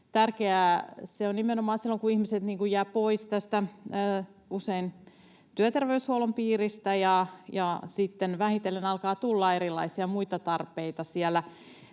Tärkeää se on nimenomaan silloin, kun ihmiset jäävät pois usein työterveyshuollon piiristä ja sitten vähitellen alkaa tulla erilaisia muita tarpeita